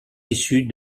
issues